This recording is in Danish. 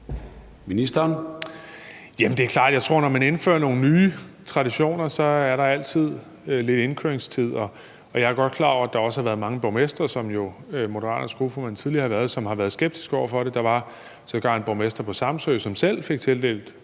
Jeg tror, at der, når man indfører nogle nye traditioner, altid er lidt indkøringstid. Jeg er godt klar over, at der også har været mange borgmestre – som Moderaternes gruppeformand jo tidligere har været – som har været skeptiske over for det. Der var sågar en borgmester på Samsø, som selv fik tildelt